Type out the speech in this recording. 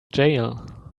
jail